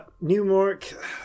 newmark